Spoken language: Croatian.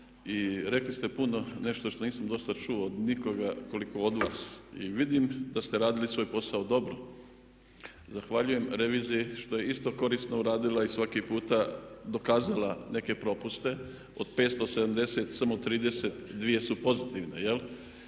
i rekli ste puno nešto što nisam do sada čuo od nikoga koliko od vas. I vidim da ste radili svoj posao dobro. Zahvaljujem reviziji što je isto korisno uradila i svaki puta dokazala neke propuste od 570, samo 32 su pozitivne.